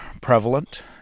prevalent